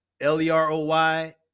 L-E-R-O-Y